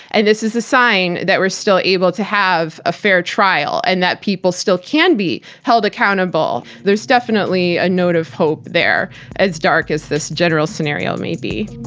and this is a sign that we're still able to have a fair trial and that people still can be held accountable. there's definitely a note of hope there as dark as this general scenario may be.